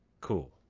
Cool